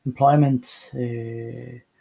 employment